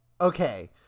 Okay